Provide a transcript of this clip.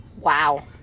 Wow